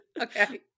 Okay